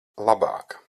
labāk